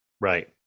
right